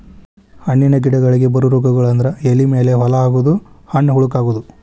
ಹಣ್ಣಿನ ಗಿಡಗಳಿಗೆ ಬರು ರೋಗಗಳು ಅಂದ್ರ ಎಲಿ ಮೇಲೆ ಹೋಲ ಆಗುದು, ಹಣ್ಣ ಹುಳಕ ಅಗುದು